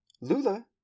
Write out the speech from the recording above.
Lula